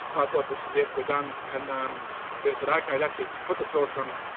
i thought this is it. we're done. and um they said, okay that's it, put the torch on him.